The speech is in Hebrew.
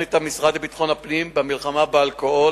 תוכנית המשרד לביטחון הפנים למלחמה באלכוהול,